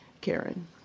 Karen